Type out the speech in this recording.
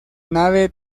nave